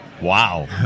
Wow